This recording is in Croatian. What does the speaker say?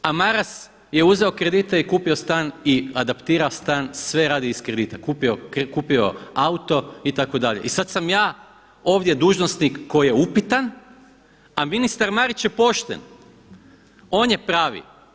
A Maras je uzeo kredite i kupio stan i adaptira stan sve radi iz kredita, kupio auto itd. i sada sam ja ovdje dužnosnik koji je upitan, a ministar Marić je pošten, on je pravi.